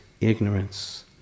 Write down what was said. ignorance